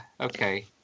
Okay